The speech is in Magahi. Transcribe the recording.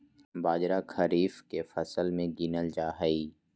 बाजरा खरीफ के फसल मे गीनल जा हइ